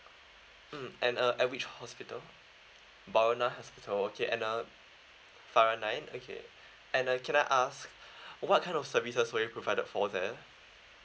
mm and uh at which hospital barona hospital okay uh param nine okay and uh can I ask what kind of services were you provided for there